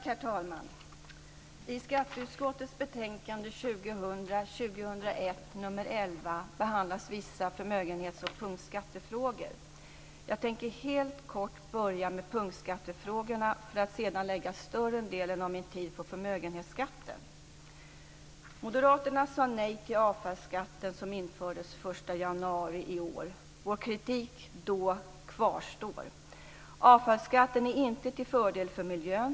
Herr talman! I skatteutskottets betänkande 2000/01:11 behandlas vissa förmögenhets och punktskattefrågor. Jag tänker helt kort börja med punktskattefrågorna för att sedan lägga större delen av min tid på förmögenhetsskatten. Moderaterna sade nej till avfallsskatten som införes den 1 januari i år. Vår kritik då kvarstår. Avfallsskatten är inte till fördel för miljön.